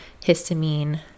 histamine